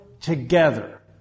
together